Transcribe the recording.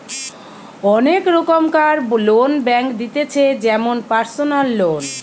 অনেক রোকমকার loan bank দিতেছে যেমন পারসনাল লোন